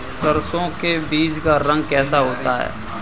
सरसों के बीज का रंग कैसा होता है?